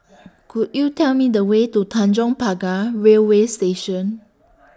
Could YOU Tell Me The Way to Tanjong Pagar Railway Station